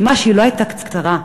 והיא לא הייתה קצרה,